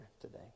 today